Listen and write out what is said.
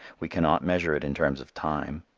we cannot measure it in terms of time.